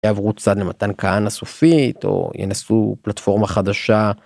עברו צד למתן כהנא סופית, או ינסו פלטפורמה חדשה.